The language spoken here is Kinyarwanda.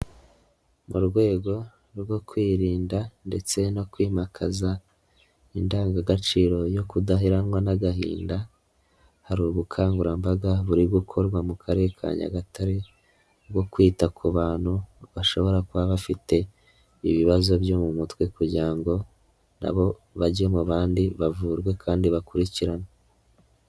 Mu rwego rwo kwirinda ndetse no kwimakaza indangagaciro yo kudaheranwa n'agahinda, hari ubukangurambaga buri gukorwa mu karere ka Nyagatare, bwo kwita ku bantu bashobora kuba bafite ibibazo byo mu mutwe kugira ngo na bo bajye mu bandi, bavurwe kandi bakurikiranwe.